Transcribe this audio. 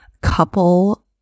couple